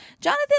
Jonathan